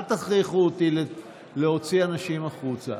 אל תכריחו אותי להוציא אנשים החוצה.